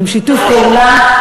עם שיתוף פעולה,